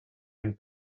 and